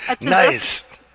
Nice